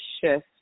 shift